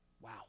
Wow